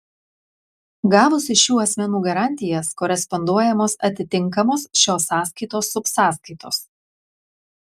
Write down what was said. gavus iš šių asmenų garantijas koresponduojamos atitinkamos šios sąskaitos subsąskaitos